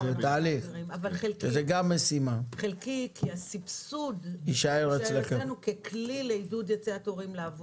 אבל חלקי כי הסבסוד יישאר אצלנו ככלי לעידוד יציאת הורים לעבודה.